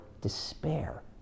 despair